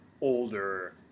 older